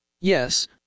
Yes